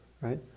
right